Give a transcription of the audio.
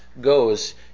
goes